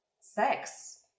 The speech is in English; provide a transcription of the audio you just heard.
sex